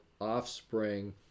offspring